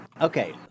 Okay